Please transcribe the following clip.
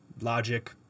logic